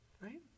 right